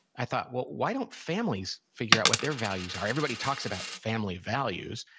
i thought, well, why don't families figure out what their values are? everybody talks about family values.